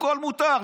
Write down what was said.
הכול מותר.